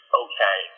okay